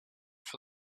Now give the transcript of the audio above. for